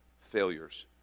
failures